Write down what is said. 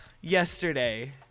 yesterday